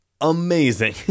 Amazing